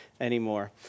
anymore